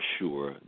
sure